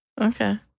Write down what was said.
Okay